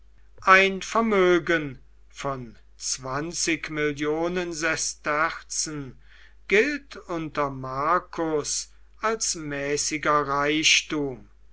ein vermögen von zwanzig millionen sesterzen gilt unter marcus als mäßiger reichtum